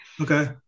okay